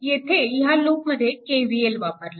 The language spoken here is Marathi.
तर येथे ह्या लूपमध्ये KVL वापरला